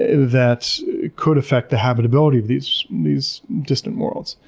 that could affect the habitability of these these distant worlds.